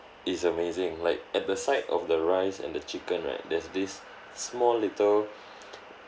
is amazing like at the side of the rice and the chicken right there's this small little